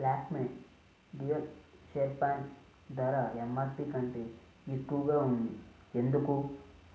Lakme dual sharpener ధర కంటే ఎక్కువగా ఉంది ఎందుకు